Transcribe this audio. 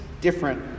different